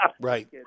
Right